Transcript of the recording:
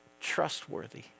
trustworthy